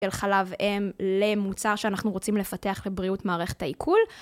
של חלב אם למוצר שאנחנו רוצים לפתח לבריאות מערכת העיכול